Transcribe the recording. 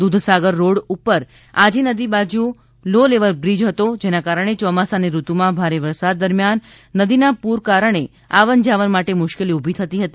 Dudhsagar road Aji નદી બાજુ low level bridge હતો જેના કારણે ચોમાસાની ઋતુમાં ભારે વરસાદ દરમ્યાન નદીના પુર કારણે આવનજાવન માટે મુશ્કેલી ઊભી થતી હતી